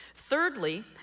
Thirdly